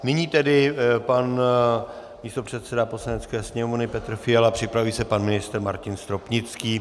Nyní pan místopředseda Poslanecké sněmovny Petr Fiala, připraví se pan ministr Martin Stropnický.